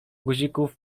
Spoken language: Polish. guzików